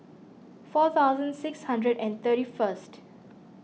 four thousand six hundred and thirty first